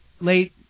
late